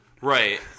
Right